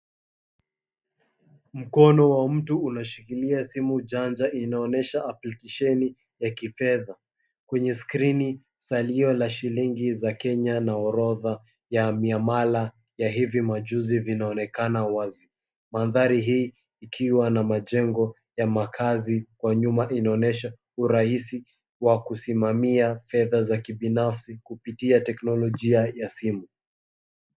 Mkono wa mtu unashikilia simu janja inayoonyesha aplikesheni ya kifedha. Kwenye skrini, salio la shilingi za kenya na orodha ya miamala ya hivi majuzi vinaonekana wazi. Mandhari hii ikiwa na majengo ya makazi kwa nyuma inaonyesha urahisi wa kusimamia fedha za kibinafsi kupitia teknolojia ya simu.